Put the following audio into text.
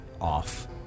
off